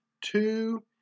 Two